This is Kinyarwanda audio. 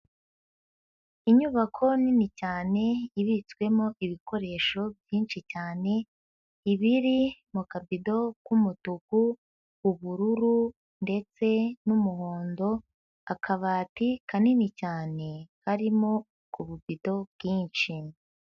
Inyubako nini cyane ibitswemo ibikoresho byinshi cyane ibiri mu kabido k'umutuku, ubururu ndetse n'umuhondo, akabati kanini cyane karimo k'ububido bwinshi.